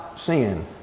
Sin